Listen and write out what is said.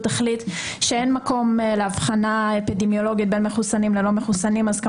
החליט שאין מקום לאבחנה אפידמיולוגית בין מחוסנים ללא מחוסנים אז,